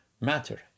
matter